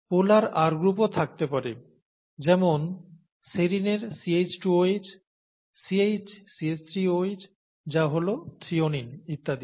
পোলার R গ্রুপও থাকতে পারে যেমন সেরিনের CH2OH CHCH3OH যা হল থ্রিওনিন ইত্যাদি